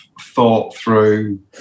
thought-through